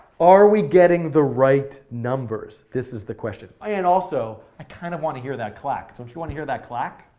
are we getting the right numbers? this is the question. and also, i kind of want to hear that clack. don't you want to hear that clack?